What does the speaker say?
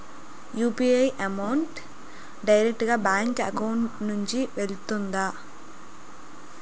UPI payment direct గా bank account నుంచి వెళ్తుందా?